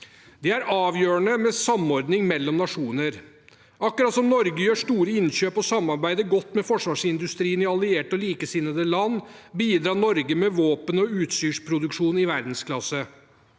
Det er avgjørende med samordning mellom nasjoner. Akkurat som Norge gjør store innkjøp og samarbeider godt med forsvarsindustrien i allierte og likesinnede land, bidrar Norge med våpen- og utstyrsproduksjon i verdensklasse.